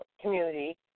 community